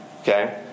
okay